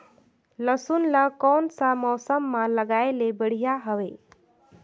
लसुन ला कोन सा मौसम मां लगाय ले बढ़िया हवे?